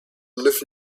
live